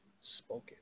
Spoken